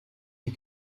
you